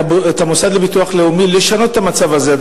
המוסד לביטוח לאומי לשנות את המצב הזה,